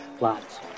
Lots